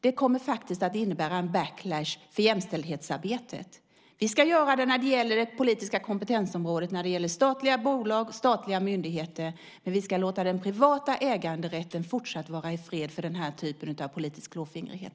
Det kommer faktiskt att innebära en backlash för jämställdhetsarbetet. Vi ska göra det inom det politiska kompetensområdet, när det gäller statliga bolag och statliga myndigheter. Men vi ska låta den privata äganderätten fortsatt vara i fred för den här typen av politisk klåfingrighet.